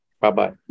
Bye-bye